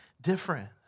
different